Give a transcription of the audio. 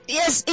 yes